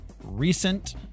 recent